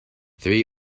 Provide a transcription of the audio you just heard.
three